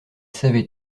savait